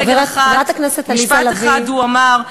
חברת הכנסת עליזה לביא.